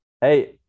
Hey